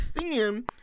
seeing